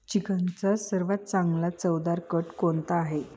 चिकनचा सर्वात चांगला चवदार कट कोणता आहे